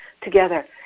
together